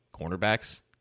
cornerbacks